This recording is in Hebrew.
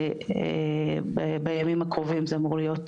הצבעה ובימים הקרובים זה אמור להיות